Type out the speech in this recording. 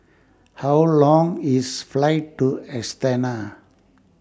How Long IS Flight to Astana